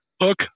look